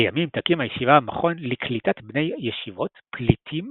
לימים תקים הישיבה מכון לקליטת בני ישיבות פליטים